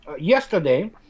yesterday